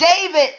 David